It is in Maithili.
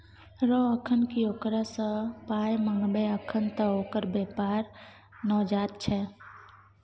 रौ अखन की ओकरा सँ पाय मंगबै अखन त ओकर बेपार नवजात छै